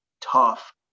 tough